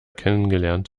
kennengelernt